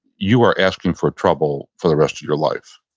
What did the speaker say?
you are asking for trouble for the rest of your life.